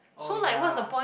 oh yeah